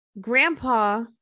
Grandpa